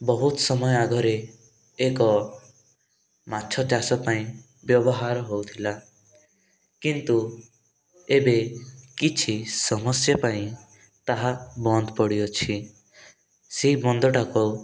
ବହୁତ ସମୟ ଆଗରେ ଏକ ମାଛ ଚାଷ ପାଇଁ ବ୍ୟବହାର ହେଉଥିଲା କିନ୍ତୁ ଏବେ କିଛି ସମସ୍ୟା ପାଇଁ ତାହା ବନ୍ଦ ପଡ଼ିଅଛି ସେଇ ବନ୍ଧଟାକୁ